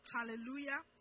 Hallelujah